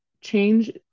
change